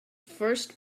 first